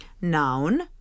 Noun